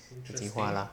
自己画啦